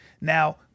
Now